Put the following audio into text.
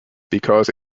because